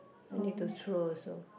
I need to throw also